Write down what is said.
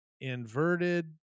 inverted